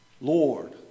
Lord